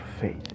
faith